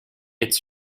its